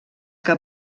que